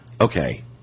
okay